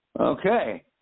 Okay